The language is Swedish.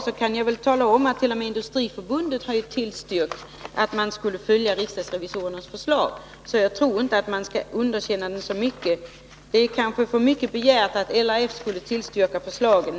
Då kan jag tala om att t.o.m. Industriförbundet har tillstyrkt att riksdagsrevisorernas förslag skulle följas. Jag tror alltså inte att man så helt skall underkänna utredningen. Det är kanske för mycket begärt att LRF skulle tillstyrka förslagen.